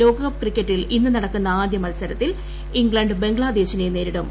ലോക കപ്പ് ക്രിക്കറ്റിൽ ഇന്ന് നടക്കുന്ന ആദ്യ മത്സരത്തിൽ ഇംഗ്ലണ്ട് ബംഗ്ലാദേശിനെ നേരിടും